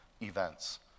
events